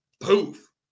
poof